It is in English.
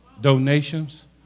donations